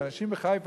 אנשים בחיפה,